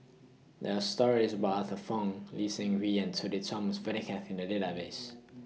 There Are stories about Arthur Fong Lee Seng Wee and Sudhir Thomas Vadaketh in The Database